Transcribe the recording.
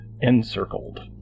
encircled